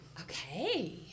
okay